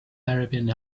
arabian